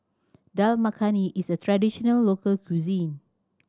Dal Makhani is a traditional local cuisine